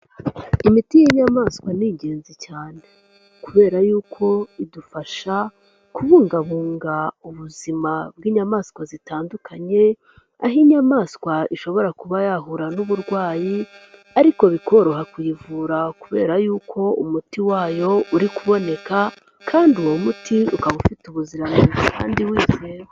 Imiti y'inyamaswa ni ingenzi cyane kubera yuko idufasha kubungabunga ubuzima bw'inyamaswa zitandukanye, aho inyamaswa ishobora kuba yahura n'uburwayi ariko bikoroha kuyivura kubera yuko umuti wayo uri kuboneka kandi uwo muti ukaba ufite ubuziranenge kandi wizewe.